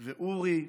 ואורי,